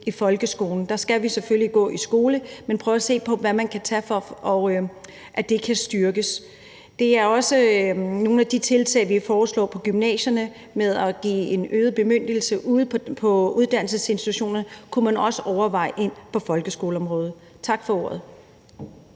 i folkeskolen. Man skal selvfølgelig gå i skole, men man kunne prøve at se på, hvad man kunne tage derfra, for at det kan styrkes. Det er også nogle af de tiltag, vi foreslår på gymnasierne, nemlig at give en øget bemyndigelse ude på uddannelsesinstitutionerne, og det kunne man også overveje på folkeskoleområdet. Tak for ordet.